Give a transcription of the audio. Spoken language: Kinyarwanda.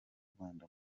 rwanda